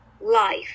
life